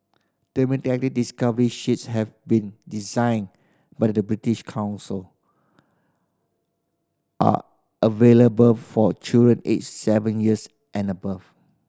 thematic discovery sheets have been designed by the British Council are available for children aged seven years and above